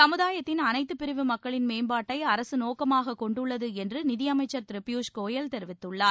சமுதாயத்தின் அனைத்து பிரிவு மக்களின் மேம்பாட்டை அரசு நோக்கமாகக் கொண்டுள்ளது என்று நிதியமைச்சர் திரு பியூஷ் கோயல் தெரிவித்துள்ளார்